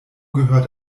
gehört